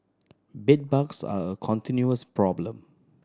bedbugs are a continuous problem